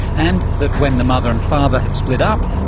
and that when the mother and father have split up,